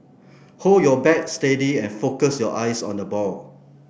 hold your bat steady and focus your eyes on the ball